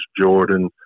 Jordan